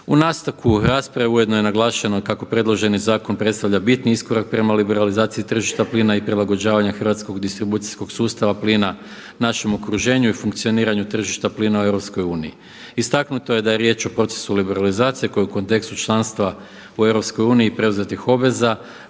U sastavku rasprave ujedno je naglašeno kako predloženi zakon predstavlja bitni iskorak prema liberalizaciji tržišta plina i prilagođavanja hrvatskog distribucijskog sustava plina našem okruženju i funkcioniranju tržišta plina u EU. Istaknuto je da je riječ o procesu liberalizacije koja u kontekstu članstva u EU preuzetih obveza